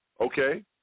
Okay